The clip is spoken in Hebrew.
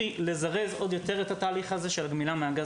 הדבר הטוב במתקן הנזלה הוא שזה נותן לנו גמישות מבחינה גאופוליטית,